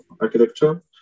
architecture